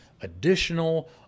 additional